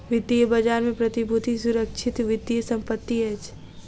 वित्तीय बजार में प्रतिभूति सुरक्षित वित्तीय संपत्ति अछि